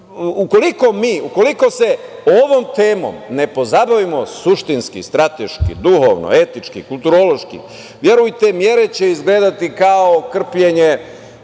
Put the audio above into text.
rezultate. Ukoliko se ovom temom ne pozabavimo suštinski, strateški, duhovno, etički, kulturološki, verujte, mere će izgledati kao krpljenje,